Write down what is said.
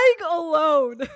alone